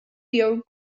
your